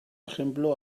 ejemplo